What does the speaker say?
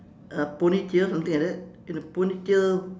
uh ponytail something like that in a ponytail